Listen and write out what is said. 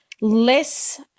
less